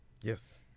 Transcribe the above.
Yes